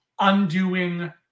undoing